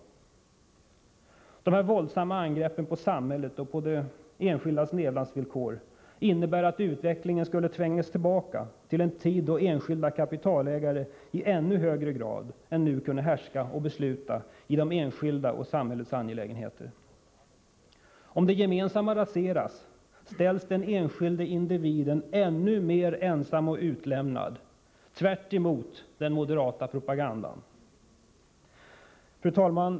Dessa våldsamma angrepp på samhället och de enskildas levnadsvillkor innebär att utvecklingen tvingas tillbaka till en tid, då enskilda kapitalägare i ännu högre grad än nu kunde härska och besluta i de enskildas och samhällets angelägenheter. Om det gemensamma raseras, ställs den enskilde individen ännu mer ensam och utlämnad — tvärt emot den moderata propagandan. Fru talman!